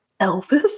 Elvis